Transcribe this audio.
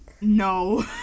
no